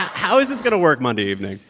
how is this going to work monday evening?